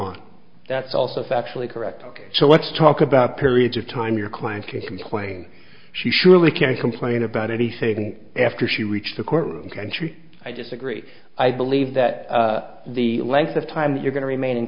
on that's also factually correct ok so let's talk about periods of time your client can complain she surely can't complain about anything after she reached the courtroom country i disagree i believe that the length of time you're going to remain in